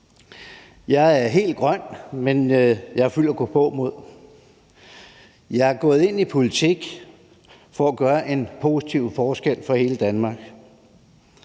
Jeg er helt grøn, men jeg er fuld af gåpåmod. Jeg er gået ind i politik for at gøre en positiv forskel for hele Danmark.